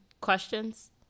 questions